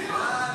התשפ"ד 2024,